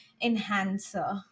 enhancer